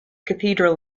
cathedral